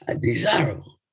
desirable